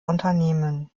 unternehmen